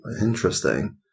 interesting